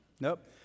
Nope